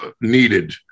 needed